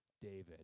David